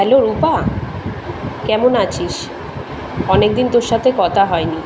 hello Rupa কেমন আছিস অনেক দিন তোর সাথে কথা হয়নি